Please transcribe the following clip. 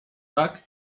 tak